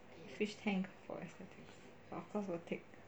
fish tank for aesthetics of course will take